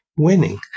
Winning